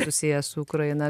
ir sieja su ukraina